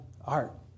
art